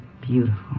beautiful